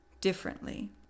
differently